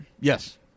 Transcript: Yes